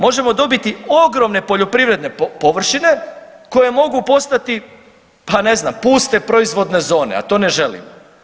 Možemo dobiti ogromne poljoprivredne površine koje mogu postati, pa ne znam puste proizvodne zone, a to ne želimo.